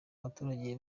abaturage